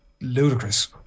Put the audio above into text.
Ludicrous